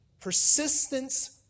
persistence